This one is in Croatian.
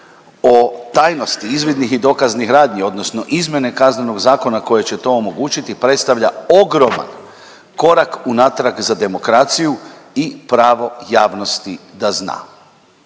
o tajnosti izvidnih i dokaznih radnji odnosno izmjene Kaznenog zakona koje će to omogućiti predstavlja ogroman korak unatrag za demokraciju i pravo javnosti da zna.